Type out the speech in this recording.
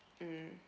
mm